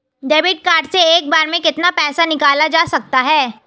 Debit card से एक बार में कितना पैसा निकाला जा सकता है?